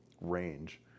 range